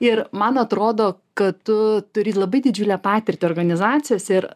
ir man atrodo kad tu turi labai didžiulę patirtį organizacijose ir